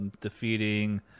defeating